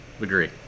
Agree